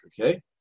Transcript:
okay